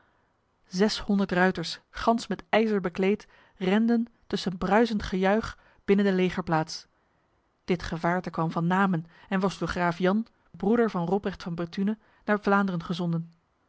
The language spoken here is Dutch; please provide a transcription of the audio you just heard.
zeshonderd ruiters gans met ijzer bekleed renden tussen bruisend gejuich binnen de legerplaats dit gevaarte kwam van namen en was door graaf jan broeder van robrecht van bethune naar vlaanderen gezonden